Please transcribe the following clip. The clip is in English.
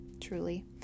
truly